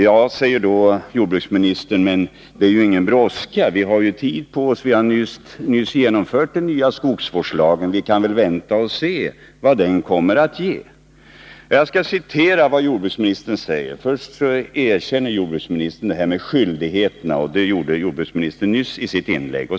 Ja, säger då jordbruksministern, men det är ingen brådska. Vi har tid på oss. Vi har nyss genomfört den nya skogsvårdslagen. Vi kan väl vänta och se vad den kommer att ge. Jag skall citera vad jordbruksministern säger i propositionen. Först erkänner han skogsägarnas skyldigheter. Det gjorde han även nyss i sitt inlägg.